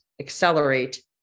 accelerate